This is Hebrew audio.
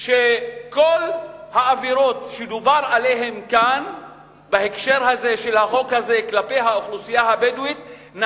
שכל העבירות וההאשמות שעלו בדיון כאן ויוחסו לאוכלוסייה הבדואית,